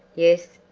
yes,